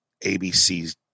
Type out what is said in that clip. ABC's